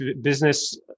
business